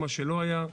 מה שלא היה.